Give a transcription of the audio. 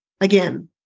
again